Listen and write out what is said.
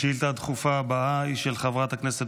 השאילתה הדחופה הבאה היא של חברת הכנסת